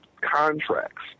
contracts